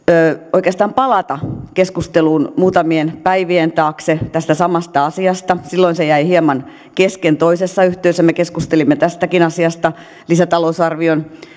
oikeastaan palata vielä kerran keskusteluun muutamien päivien taakse tästä samasta asiasta silloin se jäi hieman kesken toisessa yhteydessä me keskustelimme tästäkin asiasta lisätalousarvion